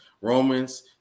Romans